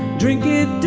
drink it